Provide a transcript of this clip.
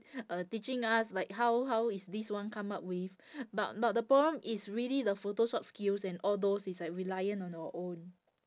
uh teaching us like how how is this one come up with but but the problem is really the photoshop skills and all those it's like reliant on our own